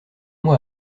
mois